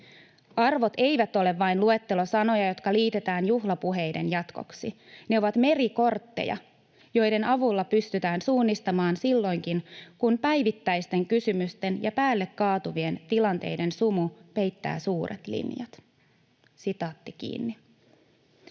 Arvot eivät ole vain luettelo sanoja, jotka liitetään juhlapuheiden jatkoksi. Ne ovat merikortteja, joiden avulla pystytään suunnistamaan silloinkin, kun päivittäisten kysymysten ja päälle kaatuvien tilanteiden sumu peittää suuret linjat.” Näihin